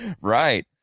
Right